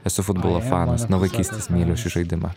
esu futbolo fanas nuo vaikystės myliu šį žaidimą